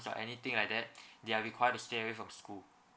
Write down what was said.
or anything like that they are required to stay away from school